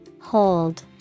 Hold